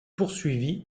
poursuivi